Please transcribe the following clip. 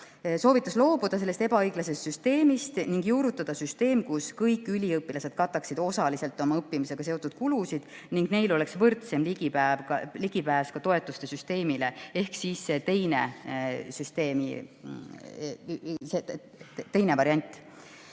soovitas loobuda sellest ebaõiglasest süsteemist ning juurutada süsteemi, mille korral kõik üliõpilased kataksid osaliselt oma õppimisega seotud kulud ning neil oleks võrdsem ligipääs toetuste süsteemile. See on [enne